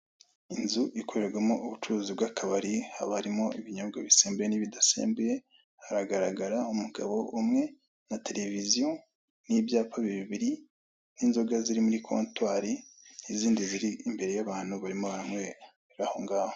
Inzu ikoreramo ubucuruzu bw'akabari haba harimo ibinyobwa bisembuye n'ibidasembuye, haragaraga umugabo umwe na televisiyo n'ibyapa bibiri n'inzoga zimuri kotwari n'inzindi zir'imbere y'abantu barimo baranywera aho ngaho.